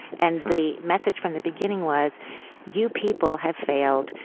and the message from the beginning was you people have failed,